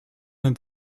ein